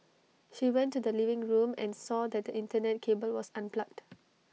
she went to the living room and saw that the Internet cable was unplugged